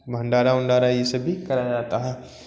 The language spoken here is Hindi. भंडारा उंडारा ये सब भी कराया जाता है